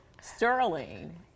Sterling